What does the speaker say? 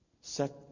Set